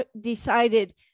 decided